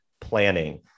planning